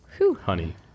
Honey